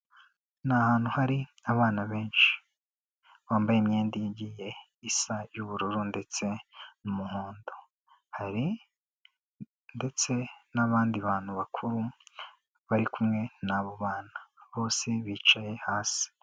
Ni ahantu hari abana benshi, bambaye imyenda igiye isa y'ubururu ndetse n'umuhondo, hari ndetse n'abandi bantu bakuru, bari kumwe n'abo bana, bose bicaye hasi.